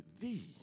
thee